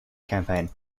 campaign